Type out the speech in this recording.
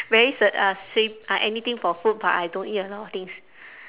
very s~ uh 随 uh anything for food but I don't eat a lot of things